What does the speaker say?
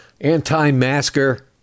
anti-masker